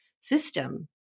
system